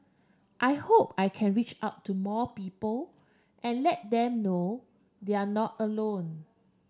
I hope I can reach out to more people and let them know they're not alone